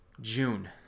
June